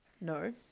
No